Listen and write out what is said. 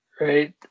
right